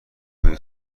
بری